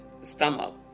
stomach